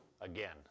again